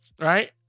right